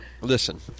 Listen